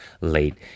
late